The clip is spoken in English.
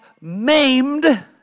maimed